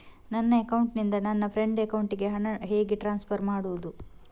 ನನ್ನ ಅಕೌಂಟಿನಿಂದ ನನ್ನ ಫ್ರೆಂಡ್ ಅಕೌಂಟಿಗೆ ಹಣ ಹೇಗೆ ಟ್ರಾನ್ಸ್ಫರ್ ಮಾಡುವುದು?